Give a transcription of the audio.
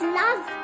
love